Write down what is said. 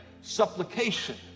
supplication